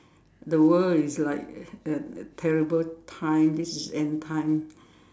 the world is like a terrible time this is end time